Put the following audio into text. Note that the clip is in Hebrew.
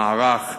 המערך,